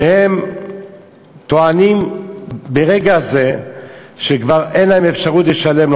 כשהם טוענים ברגע זה שכבר אין להם אפשרות לשלם,